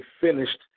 finished